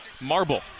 Marble